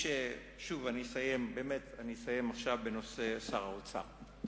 שוב, אני אסיים עכשיו בנושא שר האוצר.